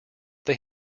they